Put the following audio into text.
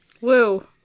Woo